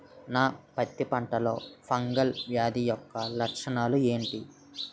నా పత్తి పంటలో ఫంగల్ వ్యాధి యెక్క లక్షణాలు ఏంటి?